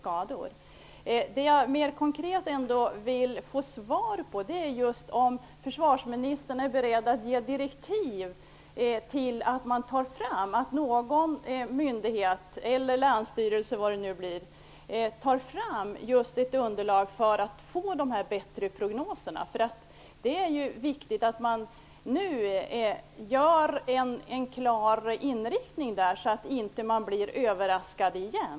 Vad jag mer konkret vill få svar på är om förvarsministern är beredd att ge direktiv till någon myndighet eller länsstyrelse att ta fram ett underlag för att få bättre prognoser. Det är viktigt att det finns en klar inriktning så att man inte blir överraskad igen.